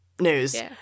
news